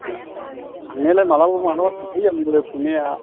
उम थांनायालाय माब्लाबा माब्लाबा थांफायो आंबो थांनाया